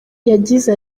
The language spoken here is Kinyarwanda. yagize